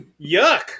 Yuck